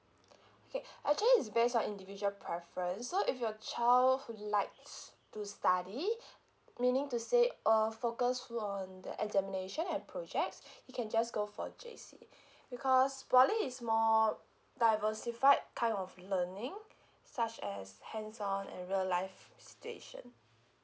okay actually it's based on individual preference so if your child who likes to study meaning to say uh focus full on the examination and projects he can just go for J_C because poly is more diversified kind of learning such as hands on and real life situation